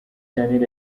shanel